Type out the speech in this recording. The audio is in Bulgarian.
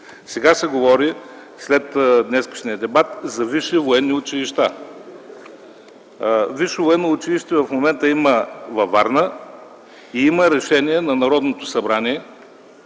Сега се говори след днешния дебат за висши военни училища. Висше военно училище в момента има във Варна и има решение на Народното събрание